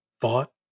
thought